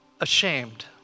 ashamed